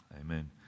Amen